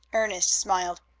ernest smiled.